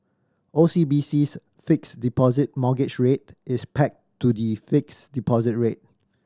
O C B C's Fixed Deposit Mortgage Rate is pegged to the fixed deposit rate